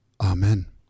Amen